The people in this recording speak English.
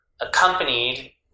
accompanied